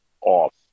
off